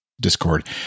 discord